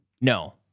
No